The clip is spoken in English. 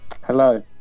Hello